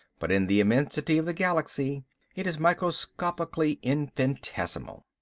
but in the immensity of the galaxy it is microscopically infinitesimal.